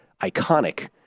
iconic